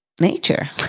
nature